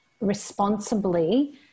responsibly